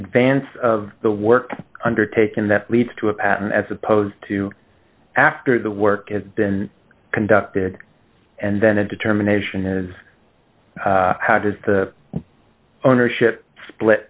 advance of the work undertaken that leads to a patent as opposed to after the work has been conducted and then a determination is how does the ownership split